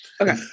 Okay